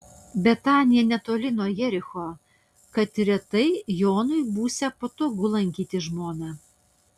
betanija netoli nuo jericho kad ir retai jonui būsią patogu lankyti žmoną